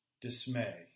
dismay